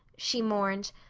she mourned.